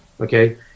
okay